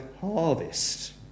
harvest